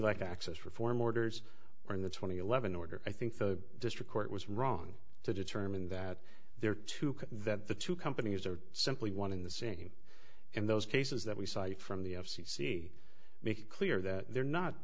like access reform orders are in the twenty eleven order i think the district court was wrong to determine that there are two that the two companies are simply one in the same in those cases that we saw from the f c c make clear that they're not